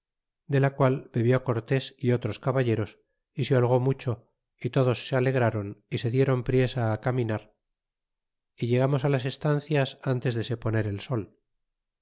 de la qual bebió cortes y otros caballeros y se holgó mucho y todos se alegraron y se dieron priesa á caminar y llegamos las estancias antes de se poner el sol